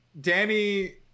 Danny